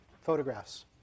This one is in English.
photographs